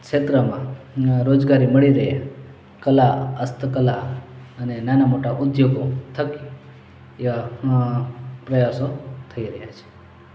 ક્ષેત્રમાં રોજગારી મળી રહે કલા હસ્તકલા અને નાના મોટા ઉદ્યોગો થકી એવા અં પ્રયાસો થઇ રહ્યા છે